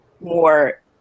more